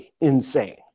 insane